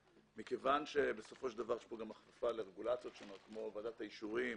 מכיוון שבסופו של דבר יש פה החלפה לרגולציות שונות כמו ועדת האישורים,